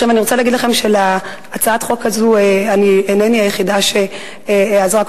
אני רוצה להגיד לכם שאינני היחידה שעזרה בהצעת החוק הזאת.